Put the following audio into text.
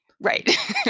Right